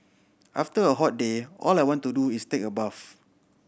after a hot day all I want to do is take a bath